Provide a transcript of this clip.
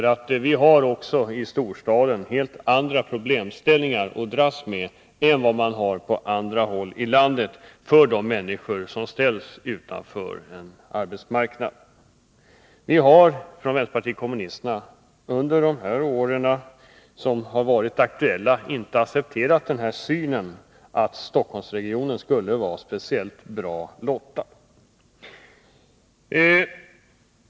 De människor som ställs utanför arbetsmarknaden har i storstaden helt andra problem att dras med än vad man har på andra håll i landet. Vänsterpartiet kommunisterna har under de år som varit aktuella inte accepterat uppfattningen att Stockholmsregionen skulle vara speciellt lyckligt lottad.